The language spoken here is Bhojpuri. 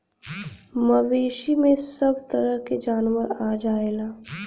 मवेसी में सभ तरह के जानवर आ जायेले